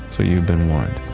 so you've been warned.